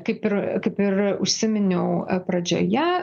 kaip ir kaip ir užsiminiau pradžioje